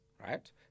right